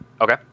Okay